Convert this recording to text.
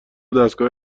دستگاه